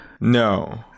no